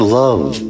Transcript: love